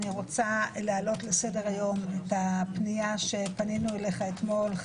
אני רוצה להעלות לסדר-היום את הפנייה שפנינו אליך אתמול,